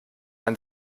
ein